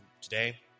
Today